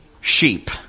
sheep